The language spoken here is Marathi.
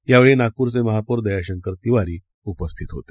यावेळी नागपूरचे महापौर दयाशंकर तिवारी उपस्थित होते